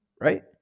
right